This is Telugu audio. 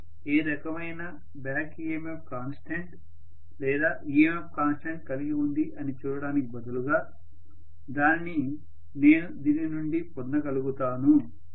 నేను ఏ రకమైన బ్యాక్ EMF కాన్స్టెంట్ లేదా EMF కాన్స్టెంట్ కలిగి ఉంది అని చూడడానికి బదులుగా దానిని నేను దీని నుండి పొందగలుగుతాను